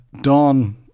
dawn